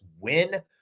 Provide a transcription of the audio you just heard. win